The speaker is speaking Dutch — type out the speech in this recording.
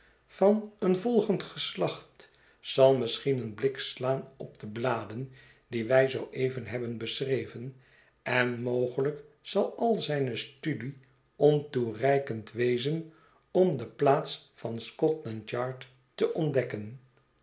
van een volgend geslacht zal misschien een blik slaan op de bladen die wij zoo even hebben beschreven en mogelijk zal al zijne stu'die ontoereikend wezen om de plaats van scotlandyard te ontdekken